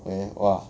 then !wah!